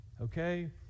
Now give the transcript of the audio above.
okay